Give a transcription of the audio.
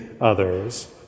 Others